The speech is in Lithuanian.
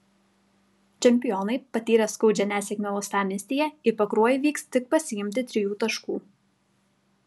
čempionai patyrę skaudžią nesėkmę uostamiestyje į pakruojį vyks tik pasiimti trijų taškų